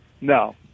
No